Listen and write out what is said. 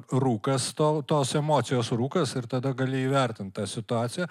rūkas to tos emocijos rūkas ir tada gali įvertint tą situaciją